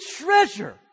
treasure